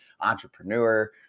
entrepreneur